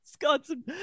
Wisconsin